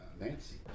Nancy